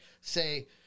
say